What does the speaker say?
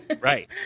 right